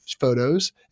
photos